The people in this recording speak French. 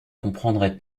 comprendrait